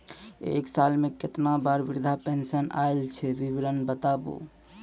एक साल मे केतना बार वृद्धा पेंशन आयल छै विवरन बताबू?